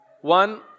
one